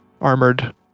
armored